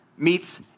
meets